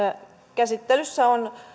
käsittelyssä on